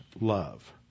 love